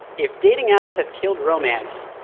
if dating apps have killed romance,